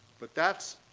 but that's